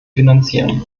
finanzieren